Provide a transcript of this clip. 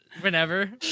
whenever